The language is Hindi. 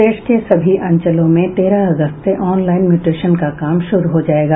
प्रदेश के सभी अंचलों में तेरह अगस्त से ऑनलाइन म्यूटेशन का काम शुरू हो जायेगा